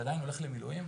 אתה עדיין הולך למילואים?